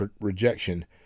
rejection